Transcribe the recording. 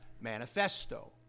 Manifesto